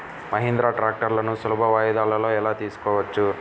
మహీంద్రా ట్రాక్టర్లను సులభ వాయిదాలలో ఎలా తీసుకోవచ్చు?